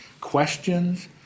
questions